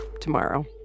tomorrow